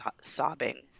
sobbing